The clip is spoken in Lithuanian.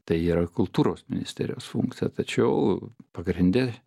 tai yra kultūros ministerijos funkcija tačiau pagrinde